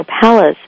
palace